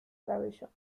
cabello